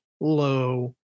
low